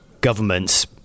governments